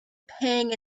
pang